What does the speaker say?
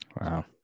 Wow